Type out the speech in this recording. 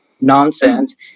nonsense